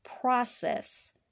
process